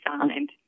signed